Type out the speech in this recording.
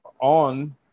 on